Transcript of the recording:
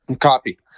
Copy